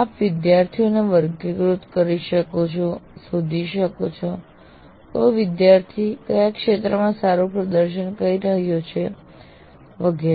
આપ વિદ્યાર્થીઓને વર્ગીકૃત કરી શકો છો શોધી શકો છો કે કયા વિદ્યાર્થી કયા ક્ષેત્રમાં સારું પ્રદર્શન કરી રહ્યા છે વગેરે